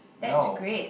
no